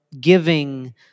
giving